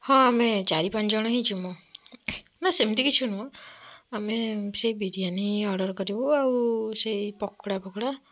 ହଁ ଆମେ ଚାରି ପାଞ୍ଚ ଜଣ ହିଁ ଯିମୁ ନା ସେମିତି କିଛି ନୁହଁ ଆମେ ସେ ବିରିୟାନୀ ଅର୍ଡ଼ର୍ କରିବୁ ଆଉ ସେ ପକୋଡ଼ାଫକୋଡ଼ା